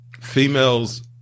females